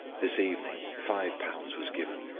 this evening five pounds was given,